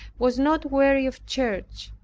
was not weary of church,